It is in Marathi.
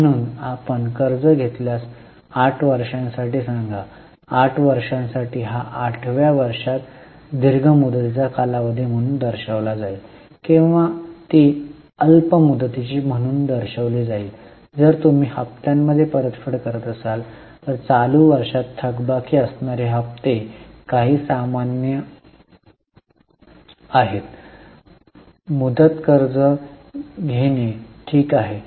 म्हणून आपण कर्ज घेतल्यास 8 वर्षांसाठी सांगा 8 वर्षांसाठी हा आठव्या वर्षात दीर्घ मुदतीचा कालावधी म्हणून दर्शविला जाईल किंवा ती अल्प मुदतीची म्हणून दर्शविली जाईल किंवा जर तुम्ही हप्त्यामध्ये परतफेड करत असाल तर चालू वर्षात थकबाकी असणारे हप्ते काही सामान्य आहेत मुदत कर्ज घेणे ठीक आहे